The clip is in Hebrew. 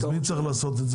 מי צריך לעשות את זה?